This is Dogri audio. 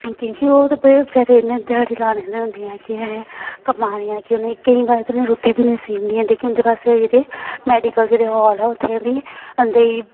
क्योंकि ओह् ते बड़े बेचारे इन्ने ध्याड़ी लाने आह्ले हुंदे ऐ की ऐं कमाने ऐ की उनें केईं बारी ते उनें रूट्टी बी नसीब नी ऐ लेकिन उन्दे पास्से जेह्ड़े मेडिकल जेह्के हाल ऐ उत्थे बी बंदे गी